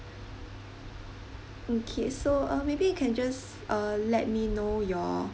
mm K so uh maybe you can just uh let me know your